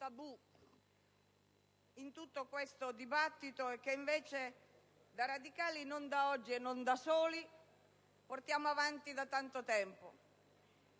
tabù in tutto questo dibattito che invece noi radicali, non da oggi e non da soli, portiamo avanti da tanto tempo